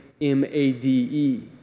M-A-D-E